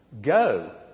go